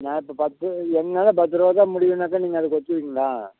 நான் இப்போ பத்து என்னால் பத்து ரூபா தான் முடியும்னாக்கா நீங்கள் அதுக்கு ஒத்துப்பீங்களா